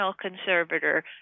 conservator